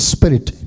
Spirit